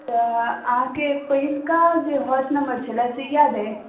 तऽ अहाँके पहिलका जे हाउस नम्बर छलै से याद अइ